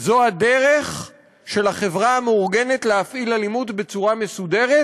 הדרך של החברה המאורגנת להפעיל אלימות בצורה מסודרת,